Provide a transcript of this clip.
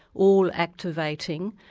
all activating.